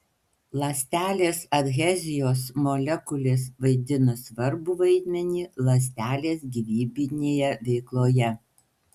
ląstelės adhezijos molekulės vaidina svarbų vaidmenį ląstelės gyvybinėje veikloje